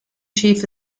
chief